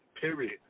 period